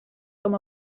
com